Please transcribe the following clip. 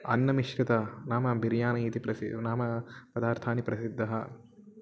अन्नमिश्रितानि नाम बिरियानि इति प्रसि नाम पदार्थानि प्रसिद्धानि